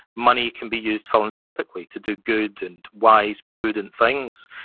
money can be used philanthropically, to do good and wise, prudent things.